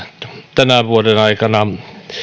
tämän vuoden aikana